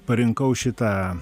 parinkau šitą